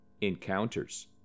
Encounters